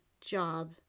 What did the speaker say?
job